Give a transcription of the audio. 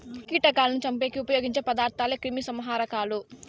కీటకాలను చంపేకి ఉపయోగించే పదార్థాలే క్రిమిసంహారకాలు